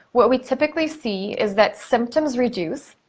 what we typically see is that symptoms reduce,